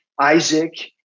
Isaac